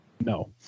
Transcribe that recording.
no